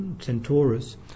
Centaurus